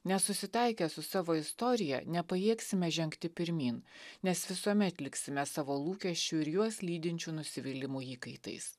nesusitaikę su savo istorija nepajėgsime žengti pirmyn nes visuomet liksime savo lūkesčių ir juos lydinčių nusivylimų įkaitais